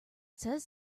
says